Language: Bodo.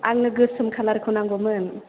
आंनो गोसोम कालारखौ नांगौमोन